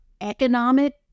economic